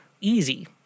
Easy